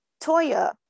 Toya